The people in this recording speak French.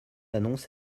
annonce